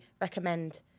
recommend